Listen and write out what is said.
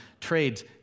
trades